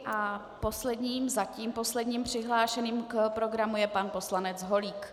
A posledním zatím posledním přihlášeným k programu je pan poslanec Holík.